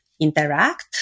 interact